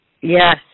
Yes